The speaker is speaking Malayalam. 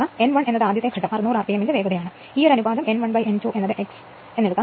n 1 എന്നത് ആദ്യത്തെ ഘട്ടം 600 rpm ന്റെ വേഗതയാണ് ഈ അനുപാതം n 1 n 2 x എടുക്കുന്നു